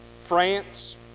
France